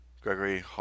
Gregory